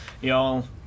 y'all